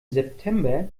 september